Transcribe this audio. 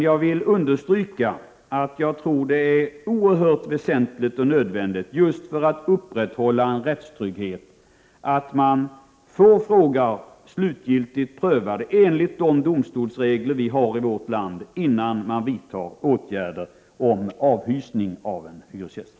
Jag vill dock understryka att jag tror att det är oerhört väsentligt och nödvändigt, just för att upprätthålla en rättstrygghet, att få frågan slutgiltigt prövad enligt de domstolsregler som vi har i vårt land innan man vidtar åtgärder för avhysning av en hyresgäst.